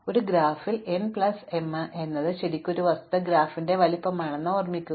അതിനാൽ ഒരു ഗ്രാഫിൽ n പ്ലസ് m എന്നത് ശരിക്കും ഒരു വസ്തുത ഗ്രാഫിന്റെ വലുപ്പമാണെന്ന് ഓർമ്മിക്കുക